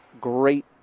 great